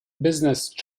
business